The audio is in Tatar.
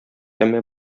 әмма